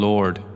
Lord